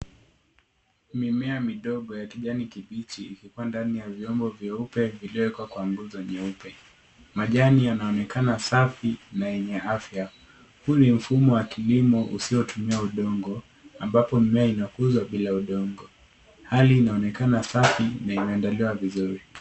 Mimea midogo ya kijani kibichi ikipandwa ndani ya vyombo vyeupe vilioekwa kwa nguzo nyeupe. Majani yanaonekana safi na yenye afya. Huu ni mfumo wa kilimo usiotumia udongo. Ambapo mimea inakuzwa bila udongo. Hali inaonekana safi na inaendelea vizuri.